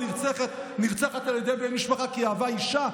נרצחת השבוע על ידי בן משפחה כי היא אהבה אישה,